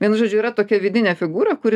vienu žodžiu yra tokia vidinė figūra kuri